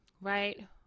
right